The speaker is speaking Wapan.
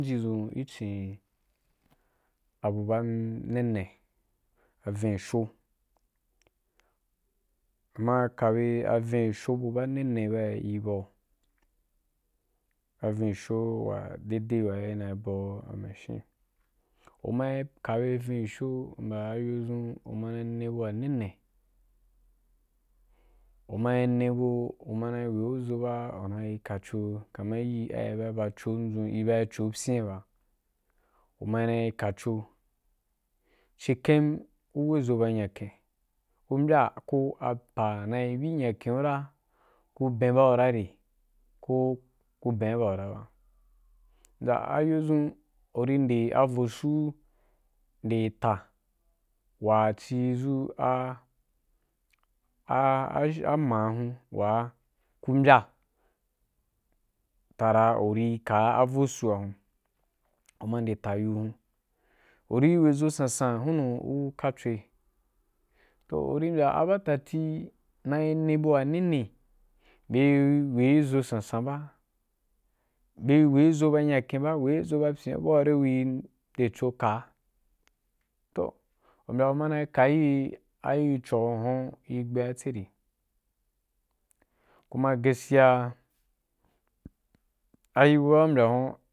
Aji dʒun gi cin abu ba nene avensho m mai ka be aknsho abu ba nene ba i bau avensho wa dede waa ina bau a mashin u mai ka be avensho ayo dʒun u mai ne abu waa nene u mai ne gu u ma na weu ʒo ba u nai ka co kaman ci ba ba co ndʒun i bai co pyina ba u ma nai ka co ci ken u weʒo ya nyaken u mbya ko apa wa na bi ki nyaken’u ra ku ben bau ra re? Ko ku ben’a bau ra ba, mbya ayo ɗun u ri nde avo suu nde ta wa ci dʒu a a a ama hun jiji ku mbya ta dan u ri kaa avo suua hun u ma nde tayiu hun. U ri weʒoh san san hunu u ka coi, toh u ri mbya a badati nai ne abu wa nene bee webe ʒo sansan ba be webe ʒo ba nyaken ba, we be ʒo ya pyen ba abua dal kuri nde co kaa toh u mbya u ma na yii ayi coa hun ri gbe hatsari kuma gaskiya a iri bua u mbya huan.